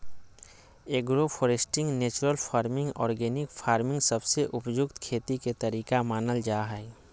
agro foresting, natural farming, organic farming सबसे उपयुक्त खेती के तरीका मानल जा हय